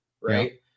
right